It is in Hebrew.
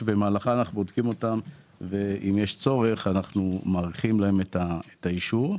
שבמהלכה אנחנו בודקים אותם ואם יש צורך אנחנו מאריכים להם את האישור.